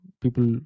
people